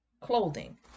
clothing